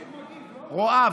רואה,